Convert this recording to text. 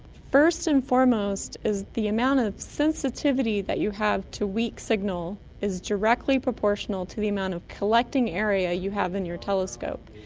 first and foremost is the amount of sensitivity that you have to weak signal is directly proportional to the amount of collecting area you have in your telescope.